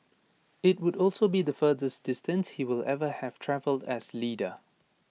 IT would also be the furthest distance he will ever have travelled as leader